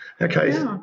Okay